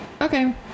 okay